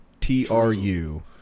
T-R-U